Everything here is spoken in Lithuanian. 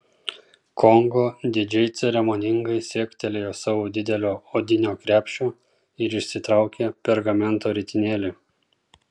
kongo didžiai ceremoningai siektelėjo savo didelio odinio krepšio ir išsitraukė pergamento ritinėlį